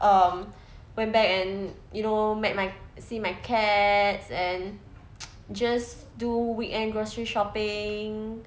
um when back and you know met my see my cats and just do weekend grocery shopping